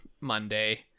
Monday